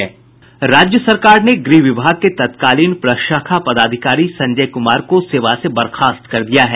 राज्य सरकार ने गृह विभाग के तत्कालीन प्रशाखा पदाधिकारी संजय कुमार को सेवा से बर्खास्त कर दिया है